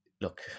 Look